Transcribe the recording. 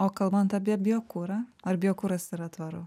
o kalbant apie biokurą ar biokuras yra tvaru